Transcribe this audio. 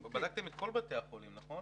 בדקתם את כל בתי החולים, נכון?